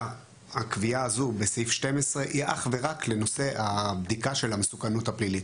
הקביעה הזו בסעיף 12 היא אך ורק לנושא הבדיקה של המסוכנות הפלילית.